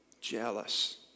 Jealous